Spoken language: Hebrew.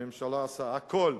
הממשלה עושה הכול,